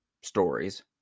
stories